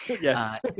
Yes